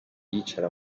yicara